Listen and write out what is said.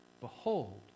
Behold